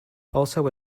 also